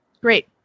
Great